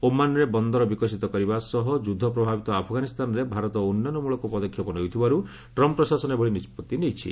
ଓମାନ୍ରେ ବନ୍ଦର ବିକଶିତ କରିବା ସହ ଯୁଦ୍ଧ ପ୍ରଭାବିତ ଆଫଗାନିସ୍ତାନରେ ଭାରତ ଉନ୍ନୟନମଳକ ପଦକ୍ଷେପ ନେଉଥିବାରୁ ଟ୍ରମ୍ପ୍ ପ୍ରଶାସନ ଏଭଳି ନିଷ୍ପଭି ନେଇଛି